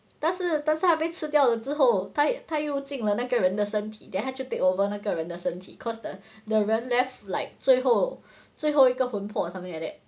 但是但是他被吃掉了之后他他又进了那个人的身体 then 他就 take over 那个人的身体 cause the the 人 left like 最后最后一个魂魄 or something like that